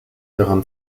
daran